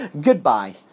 Goodbye